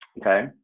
Okay